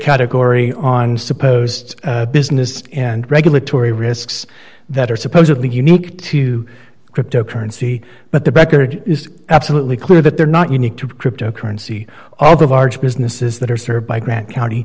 category on supposed business and regulatory risks that are supposedly unique to cryptocurrency but the bechard is absolutely clear that they're not unique to cryptocurrency all the large businesses that are served by grant county